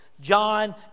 John